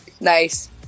nice